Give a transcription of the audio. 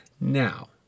Now